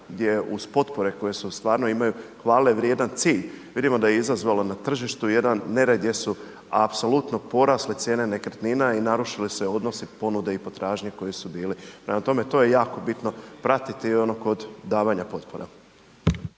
uz potpore koje su stvarno imaju hvale vrijedan cilj, vidimo da je izazvalo na tržištu jedan nered gdje su apsolutno porasle cijene nekretnina i narušili se odnosi ponude i potražnje koje su bili. Prema tome, to je jako bitno pratiti ono kod davanja potpora.